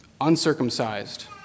uncircumcised